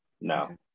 No